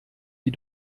die